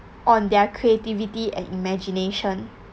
on their creativity and imagination